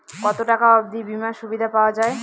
কত টাকা অবধি বিমার সুবিধা পাওয়া য়ায়?